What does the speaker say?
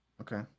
Okay